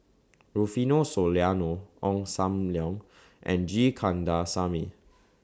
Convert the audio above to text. Rufino Soliano Ong SAM Leong and G Kandasamy